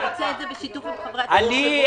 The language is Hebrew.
לא ייתכן שמנכ"לי המשרדים,